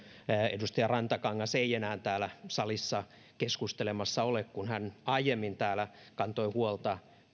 edustaja rantakangas ei enää täällä salissa keskustelemassa ole kun hän aiemmin täällä kantoi huolta